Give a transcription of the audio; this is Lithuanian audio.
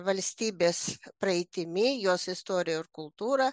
valstybės praeitimi jos istorija ir kultūra